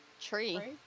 Tree